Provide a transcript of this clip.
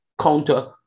counter